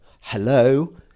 hello